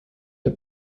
der